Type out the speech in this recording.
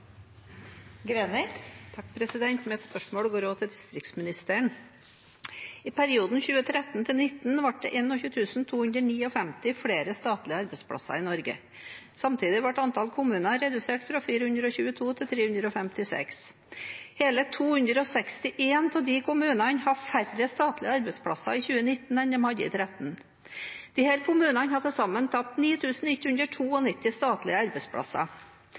Mitt spørsmål går også til distriktsministeren. I perioden 2013–2019 ble det 21 259 flere statlige arbeidsplasser i Norge. Samtidig ble antall kommuner redusert fra 422 til 356. Hele 261 av de kommunene hadde færre statlige arbeidsplasser i 2019 enn de hadde i 2013. Disse kommunene har til sammen tapt 9 192 statlige arbeidsplasser. I Norge som helhet har statlige arbeidsplasser